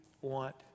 want